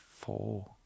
four